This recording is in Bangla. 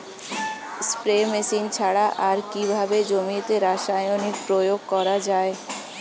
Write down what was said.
স্প্রে মেশিন ছাড়া আর কিভাবে জমিতে রাসায়নিক প্রয়োগ করা যায়?